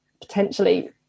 potentially